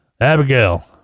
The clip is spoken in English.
Abigail